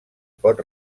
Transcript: pot